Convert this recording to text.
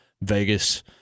Vegas